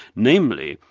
namely,